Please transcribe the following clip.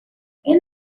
and